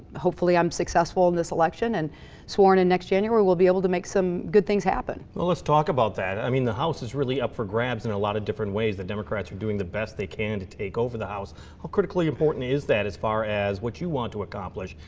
hopefully i'm successful in this election, and sworn in next january, we'll be able to make some good things happen. well, let's talk about that. i mean, the house is really up for grabs in a lot of different ways. the democrats are doing the best they can to take over the house. how critically important is that, as far as what you want to accomplish,